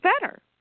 better